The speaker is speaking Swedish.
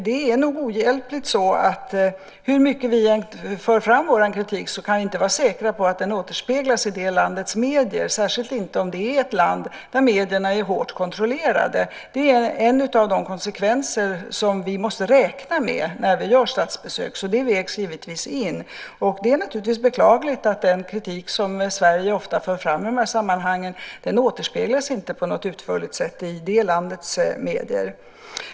Det är nog ohjälpligt så att hur mycket vi än för fram vår kritik kan vi inte vara säkra på att den återspeglas i det landets medier, särskilt inte om det är ett land där medierna är hårt kontrollerade. Det är en av de konsekvenser som vi måste räkna med när vi gör statsbesök. Det vägs givetvis in. Det är naturligtvis beklagligt att den kritik som Sverige ofta för fram i de här sammanhangen inte återspeglas på något utförligt sätt i det landets medier.